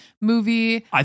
movie